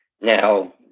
Now